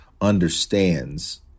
understands